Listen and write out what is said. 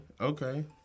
okay